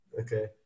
okay